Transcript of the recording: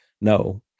No